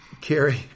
Carrie